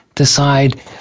Decide